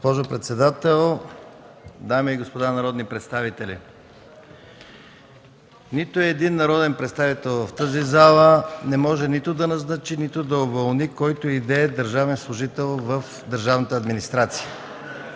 Госпожо председател, дами и господа народни представители! Нито един народен представител в тази зала не може нито да назначи, нито да уволни който и да е държавен служител в държавната администрация.